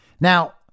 Now